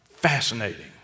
fascinating